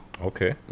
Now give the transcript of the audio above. Okay